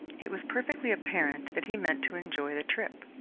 it was perfectly apparent that he meant to enjoy the trip,